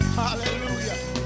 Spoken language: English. hallelujah